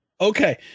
Okay